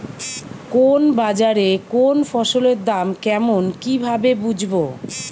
কোন বাজারে কোন ফসলের দাম কেমন কি ভাবে বুঝব?